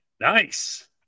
Nice